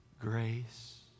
Grace